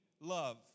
love